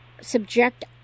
subject